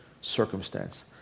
circumstance